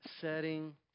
setting